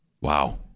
Wow